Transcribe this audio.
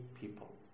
people